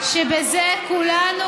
אם את חושבת שהחוק הזה לא עושה כלום,